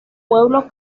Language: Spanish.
pueblo